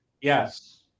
Yes